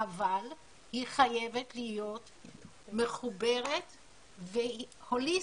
אבל היא חייבת להיות מחוברת והוליסטית,